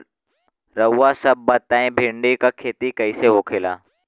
रउआ सभ बताई भिंडी क खेती कईसे होखेला?